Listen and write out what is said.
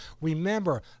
Remember